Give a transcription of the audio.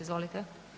Izvolite.